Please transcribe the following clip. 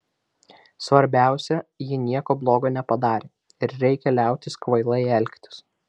svarbiausia ji nieko blogo nepadarė ir reikia liautis kvailai elgtis